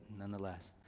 nonetheless